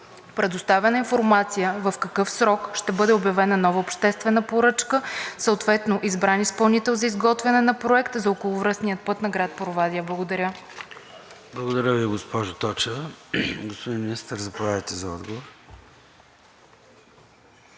предоставена информация в какъв срок ще бъде обявена нова обществена поръчка, съответно избран изпълнител за изготвяне на проект за околовръстния път на град Провадия. Благодаря. ПРЕДСЕДАТЕЛ ЙОРДАН ЦОНЕВ: Благодаря Ви, госпожо Точева. Господин Министър, заповядайте за отговор.